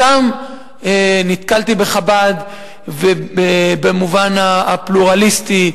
שם נתקלתי בחב"ד במובן הפלורליסטי,